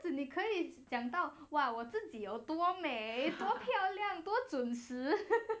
你可以讲到哇我自己有多美多漂亮多准时